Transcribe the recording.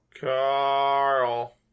Carl